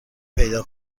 پیدا